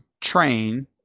train